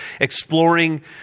exploring